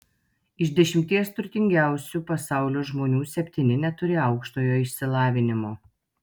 iš dešimties turtingiausių pasaulio žmonių septyni neturi aukštojo išsilavinimo